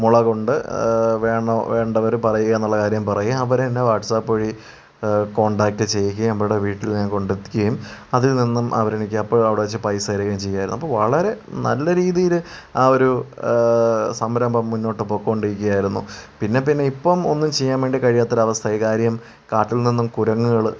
മുളകുണ്ട് വേണോ വേണ്ടവർ പറയുകയെന്നുള്ള കാര്യം പറയുക അവരെതന്നെ വാട്സ്ആപ്പ് വഴി കോൺടാക്ട് ചെയ്യുകയും അവരുടെ വീട്ടിൽ ഞാൻ കൊണ്ടെത്തിക്കുകയും അതിൽ നിന്നും അവരെനിക്ക് എപ്പോഴും അവിടെ വച്ച് പൈസ തരികയും ചെയ്യുമായിരുന്നു അപ്പോൾ വളരെ നല്ല രീതിയിൽ ആ ഒരു സംരംഭം മുന്നോട്ട് പോയ്ക്കൊണ്ടിരിക്കുകയായിരുന്നു പിന്നെപ്പിന്നെ ഇപ്പം ഒന്നും ചെയ്യാൻ വേണ്ടി കഴിയാത്തൊരവസ്ഥയായി കാര്യം കാട്ടിൽ നിന്നും കുരങ്ങുകൾ